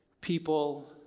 people